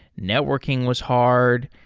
networking was hard.